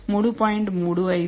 35 2